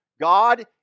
God